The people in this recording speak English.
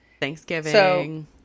thanksgiving